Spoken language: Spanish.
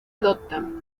adoptan